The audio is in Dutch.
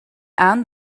aan